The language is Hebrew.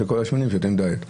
כל השמנים שותים דיאט.